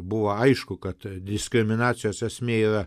buvo aišku kad diskriminacijos esmė yra